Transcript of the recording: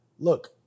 Look